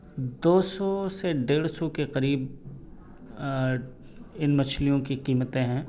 دو سو سے ڈیڑھ سو کے قریب ان مچھلیوں کی قیمتیں ہیں